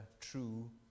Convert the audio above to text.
true